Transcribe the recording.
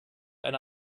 eine